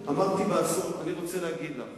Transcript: אמרתי בעשור, אני רוצה להגיד לך,